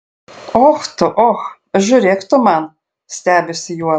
och tu och žiūrėk tu man stebisi juozas